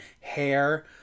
Hair